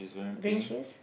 green shoes